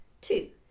two